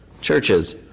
churches